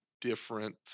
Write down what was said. different